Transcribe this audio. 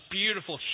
beautiful